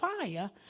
fire